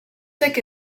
thick